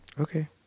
Okay